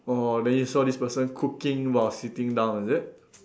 orh then you saw this person cooking while sitting down is it